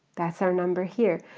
that's our number here.